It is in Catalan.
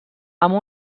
amb